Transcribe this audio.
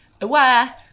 aware